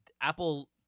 Apple